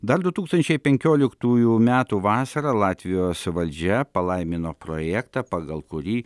dar du tūkstančiai penkioliktųjų metų vasarą latvijos valdžia palaimino projektą pagal kurį